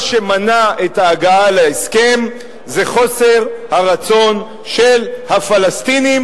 מה שמנע את ההגעה להסכם זה חוסר הרצון של הפלסטינים